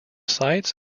sites